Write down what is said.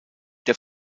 der